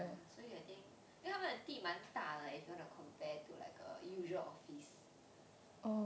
所以 I think 他们的地蛮大的 leh if you wanna compare to like a usual office